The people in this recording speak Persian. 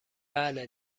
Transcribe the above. بله